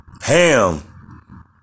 Ham